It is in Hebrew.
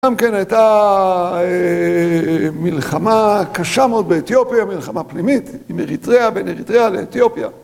גם כן הייתה מלחמה קשה מאוד באתיופיה, מלחמה פנימית עם אריתריאה בין אריתריאה לאתיופיה.